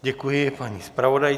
Děkuji paní zpravodajce.